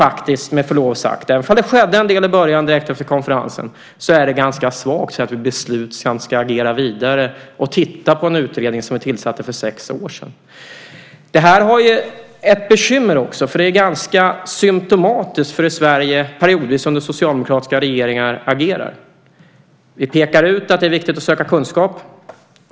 Även om det skedde en del i början direkt efter konferensen är det faktiskt, med förlov sagt, ganska svagt att säga att vi beslutsamt ska agera vidare och titta på en utredning som vi tillsatte för sex år sedan. Här finns det också ett bekymmer, och det är ganska symtomatiskt för hur Sverige agerar periodvis under socialdemokratiska regeringar. Vi pekar ut att det är viktigt att söka kunskap.